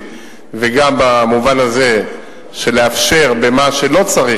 וגם במובן הזה של לאפשר במה שלא צריך,